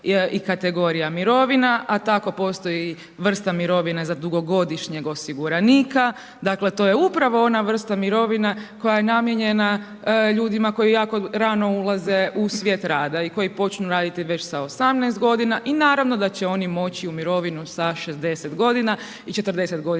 i kategorija mirovina, a tako postoji i vrsta mirovine za dugogodišnjeg osiguranika. Dakle, to je upravo ona vrsta mirovina koja je namijenjena ljudima koji jako rano ulaze u svijet rada i koji počnu raditi već sa 18 godina i naravno da će oni moći u mirovinu sa 60 godina i 40 godina